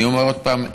אני אומר עוד פעם,